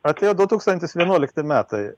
atėjo du tūkstantis vienuolikti metai